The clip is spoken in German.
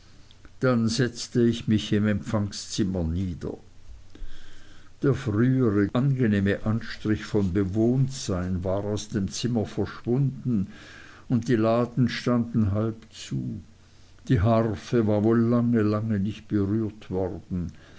dann setzte ich mich im empfangszimmer nieder der frühere angenehme anstrich von bewohntsein war aus dem zimmer verschwunden und die laden standen halb zu die harfe war wohl lange lange nicht berührt worden